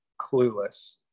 clueless